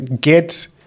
get